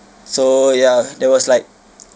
so ya there was like